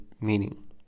Meaning